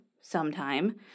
sometime